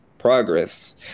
progress